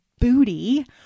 booty